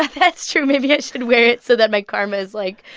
that's true. maybe i should wear it so that my karma's, like,